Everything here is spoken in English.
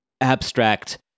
abstract